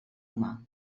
humà